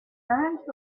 current